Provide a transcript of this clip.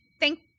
Thank